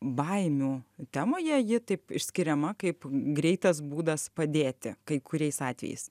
baimių temoje ji taip išskiriama kaip greitas būdas padėti kai kuriais atvejais